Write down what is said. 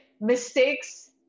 mistakes